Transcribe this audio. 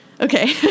Okay